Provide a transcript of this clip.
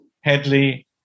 Headley